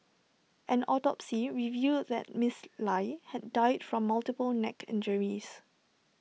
an autopsy revealed that miss lie had died from multiple neck injuries